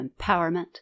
empowerment